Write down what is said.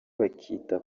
bakita